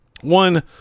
One